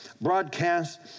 broadcast